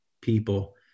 people